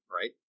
Right